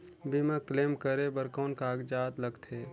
बीमा क्लेम करे बर कौन कागजात लगथे?